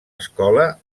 escola